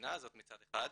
המדינה הזאת מצד אחד,